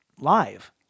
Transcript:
live